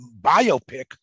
biopic